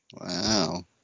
wow